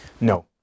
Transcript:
No